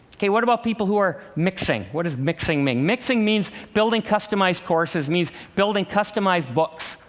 ok, what about people who are mixing? what does mixing mean? mixing means building customized courses, means building customized books.